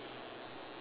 okay